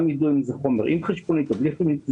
הם גם ידעו האם זה חומר עם חשבונית או ללא חשבונית.